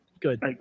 good